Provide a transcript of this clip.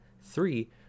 Three